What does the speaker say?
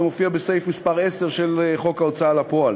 זה מופיע בסעיף 10 של חוק ההוצאה לפועל.